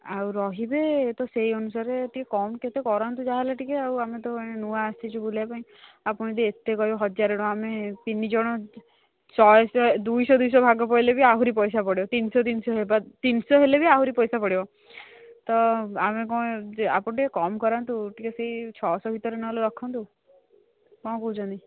ଆଉ ରହିବେ ତ ସେହି ଅନୁସାରେ ଟିକେ କମ୍ କେତେ କରନ୍ତୁ ଯାହା ହେଲେ ଟିକେ ଆଉ ଆମେ ତ ନୂଆ ଆସିଛୁ ବୁଲିବା ପାଇଁ ଆପଣ ଯଦି ଏତେ କହିବେ ହଜାର ଜଣ ଆମେ ତିନି ଜଣ ଶହେଶହ ଦୁଇଶହ ଦୁଇଶହ ଭାଗ ପଇଲେ ବି ଆହୁରି ପଇସା ପଡ଼ିବ ତିନିଶହ ତିନିଶହ ହେବା ତିନିଶହ ହେଲେ ବି ଆହୁରି ପଇସା ପଡ଼ିବ ତ ଆମେ କ'ଣ ଆପଣ ଟିକେ କମ୍ କରାନ୍ତୁ ଟିକେ ସେହି ଛଅଶହ ଭିତରେ ନହେଲେ ରଖନ୍ତୁ କ'ଣ କହୁଛନ୍ତି